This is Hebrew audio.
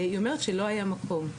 היא אומרת שלא היה מקום.